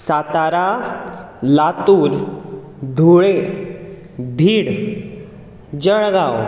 Satara Latur Dhule Beed Jalgaon